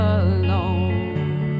alone